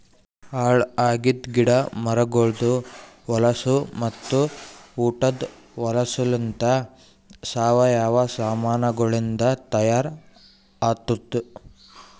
ಹಾಳ್ ಆಗಿದ್ ಗಿಡ ಮರಗೊಳ್ದು ಹೊಲಸು ಮತ್ತ ಉಟದ್ ಹೊಲಸುಲಿಂತ್ ಸಾವಯವ ಸಾಮಾನಗೊಳಿಂದ್ ತೈಯಾರ್ ಆತ್ತುದ್